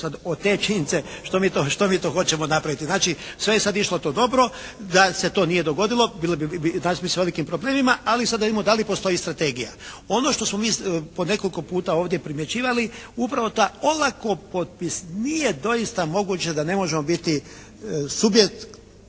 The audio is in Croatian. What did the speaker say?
sad od te činjenice što mi to hoćemo napraviti. Znači sve je sad išlo to dobro, da se to nije dogodilo bilo bi, nalazili bi se u velikim problemima ali sad da vidimo da li postoji i strategija? Ono što smo mi po nekoliko puta ovdje primjećivali upravo ta olako … /Govornik se ne razumije./ … Nije doista moguće da ne možemo biti subjekti